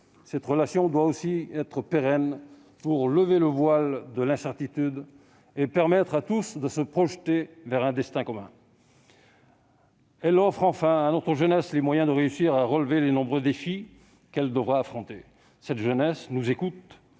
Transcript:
respectées. Elle doit aussi être pérenne, pour lever le voile de l'incertitude et permettre à tous de se projeter vers un destin commun. Enfin, elle doit offrir à notre jeunesse les moyens de réussir à relever les nombreux défis qu'elle devra affronter. Cette jeunesse nous écoute,